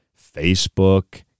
Facebook